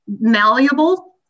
malleable